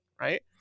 right